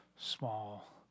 Small